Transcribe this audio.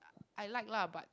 I like lah but